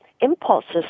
impulses